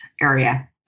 area